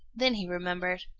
then he remembered.